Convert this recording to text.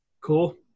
Cool